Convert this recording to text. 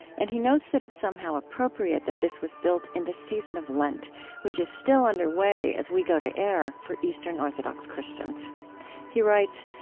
and he notes that it's somehow appropriate that this was built in the season of lent which is still underway, as we go to air, for eastern orthodox christians he writes,